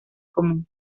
común